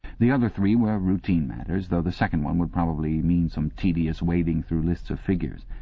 the other three were routine matters, though the second one would probably mean some tedious wading through lists of figures.